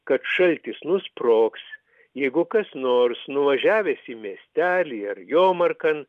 kad šaltis nusprogs jeigu kas nors nuvažiavęs į miestelį ar jomarkan